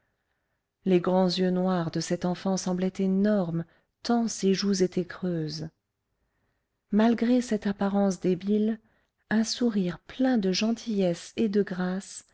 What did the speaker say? les grands yeux noirs de cette enfant semblaient énormes tant ses joues étaient creuses malgré cette apparence débile un sourire plein de gentillesse et de grâce